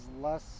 less